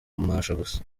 gusa